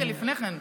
רגע, לפני כן,